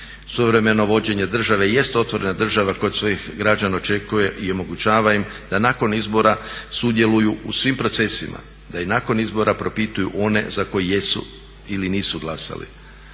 Suvremeno vođenje države jest otvorena država koja od svojih građana očekuje i omogućava im da nakon izbora sudjeluju u svim procesima, da i nakon izbora propituju one za koje jesu ili nisu glasali.